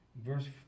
verse